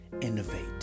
innovate